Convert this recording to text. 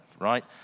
right